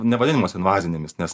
nevadinamos invazinėmis nes